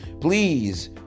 Please